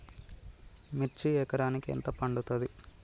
మిర్చి ఎకరానికి ఎంత పండుతది?